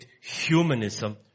humanism